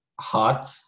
hot